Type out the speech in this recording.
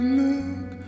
look